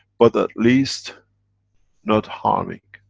but at least not harming.